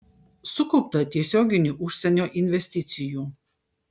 sukaupta tiesioginių užsienio investicijų